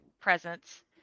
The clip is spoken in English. Presence